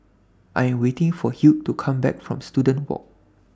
I Am waiting For Hugh to Come Back from Student Walk